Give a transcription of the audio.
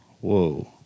whoa